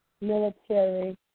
military